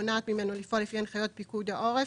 מונעת ממנו לפעול לפי הנחיות פיקוד העורף.